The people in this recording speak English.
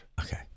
Okay